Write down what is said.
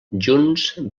junts